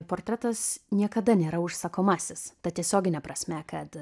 portretas niekada nėra užsakomasis ta tiesiogine prasme kad